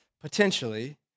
potentially